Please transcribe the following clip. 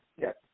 Yes